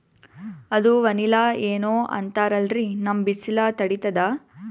ಅದು ವನಿಲಾ ಏನೋ ಅಂತಾರಲ್ರೀ, ನಮ್ ಬಿಸಿಲ ತಡೀತದಾ?